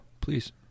please